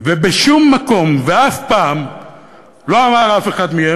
ובשום מקום ואף פעם לא אמר אף אחד מהם,